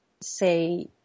say